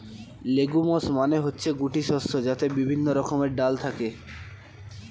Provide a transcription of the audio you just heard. legumes মানে হচ্ছে গুটি শস্য যাতে বিভিন্ন রকমের ডাল থাকে